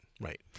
right